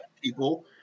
people